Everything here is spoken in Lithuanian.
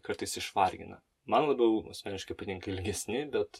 kartais išvargina man labiau asmeniškai patinka ilgesni bet